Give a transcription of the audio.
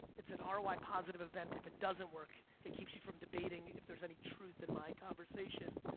it's an ah roi positive event, if it doesn't work, it keeps you from debating if there's any truth in my conversation,